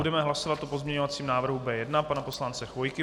Budeme hlasovat o pozměňovacím návrhu B1 pana poslance Chvojky.